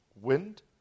wind